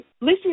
listen